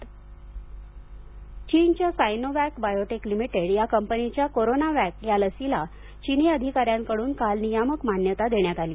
चीन लसीकरण चीनच्या सायनोवॅक बायोटेक लिमिटेड या कंपनीच्या कोरोनावॅक या लसीला चिनी अधिकाऱ्यांकडून काल नियामक मान्यता देण्यात आली